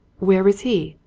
where is he?